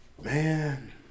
man